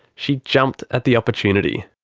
she jumped at the opportunity.